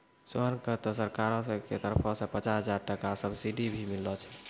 सोहन कॅ त सरकार के तरफो सॅ पचास हजार टका सब्सिडी भी मिललो छै